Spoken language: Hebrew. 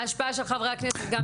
ההשפעה של חברי הכנסת --- נכון,